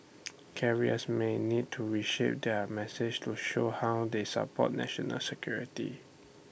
carriers may need to reshape their message to show how they support national security